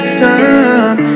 time